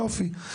יופי.